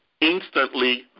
instantly